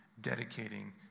dedicating